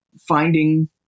finding